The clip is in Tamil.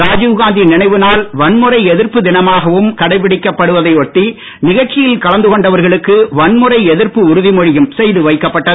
ராஜீவ்காந்தி நினைவு நாள் வன்முறை எதிர்ப்பு தினமாகவும் கடைபிடிக்கப்படுவதை ஒட்டி நிகழ்ச்சியில் கலந்து கொண்டவர்களுக்கு வன்முறை எதிர்ப்பு உறுதிமொழியும் செய்து வைக்கப்பட்டது